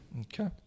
Okay